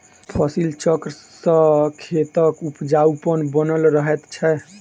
फसिल चक्र सॅ खेतक उपजाउपन बनल रहैत छै